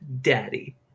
daddy